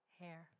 Hair